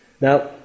now